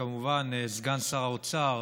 וכמובן סגן שר האוצר